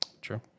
True